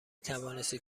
توانستید